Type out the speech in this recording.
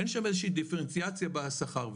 אין איזו שהיא דיפרנציאציה בשכר.